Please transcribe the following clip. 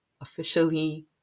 officially